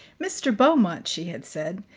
mr. beaumont, she had said,